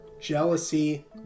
jealousy